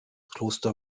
kloster